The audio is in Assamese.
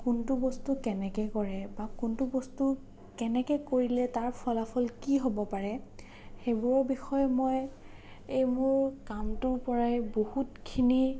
কোনটো বস্তু কেনেকৈ কৰে বা কোনটো বস্তু কেনেকৈ কৰিলে তাৰ ফলাফল কি হ'ব পাৰে সেইবোৰৰ বিষয়ে মই এই মোৰ কামটোৰ পৰাই বহুতখিনি